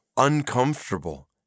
uncomfortable